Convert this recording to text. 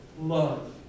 love